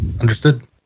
Understood